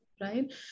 right